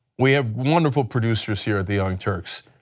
we have wonderful producers here at the young turks,